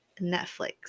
Netflix